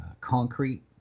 concrete